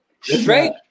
Straight